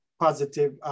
positive